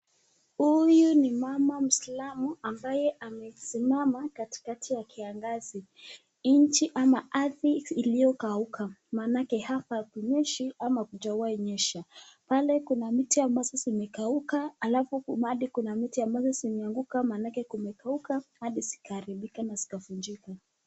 Huyu ni mama Mwislamu ambaye amesimama katikati ya kiangazi. Nchi ama ardhi iliyokauka, maanake hapa pakunyishi ama hakujawai nyesha. Pale kuna miti ambazo zimekauka, alafu kumadi kuna miti ambazo zimeanguka, maanake kumekauka hadi zikaribika na zikavunjika.